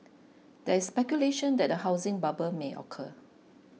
there is speculation that a housing bubble may occur